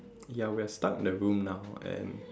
ya we're stuck in the room now and